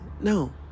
No